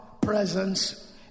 presence